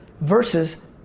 versus